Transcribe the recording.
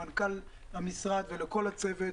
למנכ"ל המשרד ולכל הצוות,